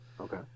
okay